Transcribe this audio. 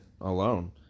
alone